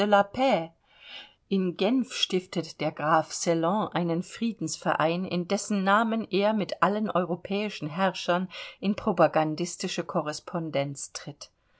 in genf stiftete der graf cellon einen friedensverein in dessen namen er mit allen europäischen herrschern in propagandistische korrespondenz tritt